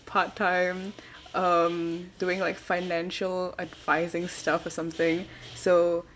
part time um doing like financial advising stuff or something so